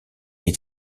est